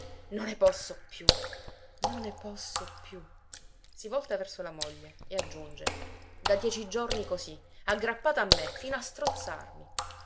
non ne posso più non ne posso più si volta verso la moglie e aggiunge da dieci giorni così aggrappata a me fino a strozzarmi